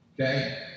Okay